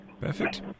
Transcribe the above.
Perfect